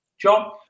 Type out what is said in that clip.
John